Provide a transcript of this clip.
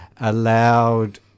allowed